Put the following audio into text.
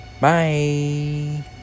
bye